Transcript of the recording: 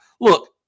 look